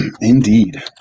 Indeed